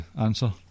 answer